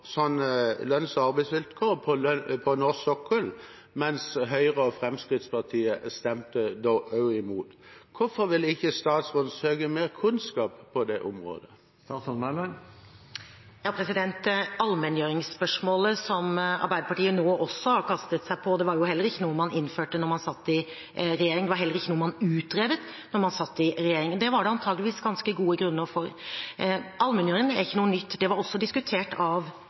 lønns- og arbeidsvilkår på norsk sokkel, mens Høyre og Fremskrittspartiet stemte imot. Hvorfor vil ikke statsråden søke mer kunnskap på det området? Spørsmålet om allmenngjøring, som Arbeiderpartiet nå har kastet seg på, var ikke noe man innførte da man satt i regjering. Det var heller ikke noe man utredet da man satt i regjering. Det var det antakeligvis ganske gode grunner for. Allmenngjøring er ikke noe nytt. Det var også diskutert av